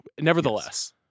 nevertheless –